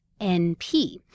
NP